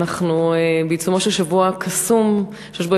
ואנחנו בעיצומו של שבוע קסום שיש בו